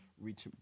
reach